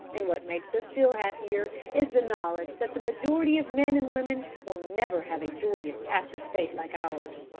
and what makes us still happier is the knowledge that the majority of men and women will never have a joyous after-state like ours.